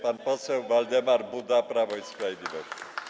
Pan poseł Waldemar Buda, Prawo i Sprawiedliwość.